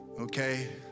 okay